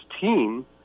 team